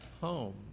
home